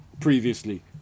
previously